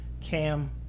Cam